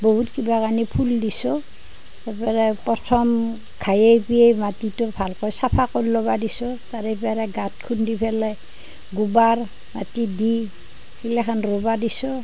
বহুত কিবা কানি ফুল দিছোঁ দি পেলাই প্ৰথম মাটিটো ভালকৈ চাফা কৰি ল'ব দিছোঁ তাৰ ওপৰত গাঁত খান্দি পেলাই গোবৰ মাটি দি সেইগিলাখন ৰুব দিছোঁ